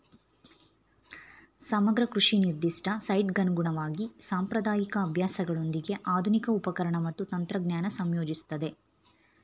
ಸಮಗ್ರ ಕೃಷಿ ನಿರ್ದಿಷ್ಟ ಸೈಟ್ಗನುಗುಣವಾಗಿ ಸಾಂಪ್ರದಾಯಿಕ ಅಭ್ಯಾಸಗಳೊಂದಿಗೆ ಆಧುನಿಕ ಉಪಕರಣ ಮತ್ತು ತಂತ್ರಜ್ಞಾನ ಸಂಯೋಜಿಸ್ತದೆ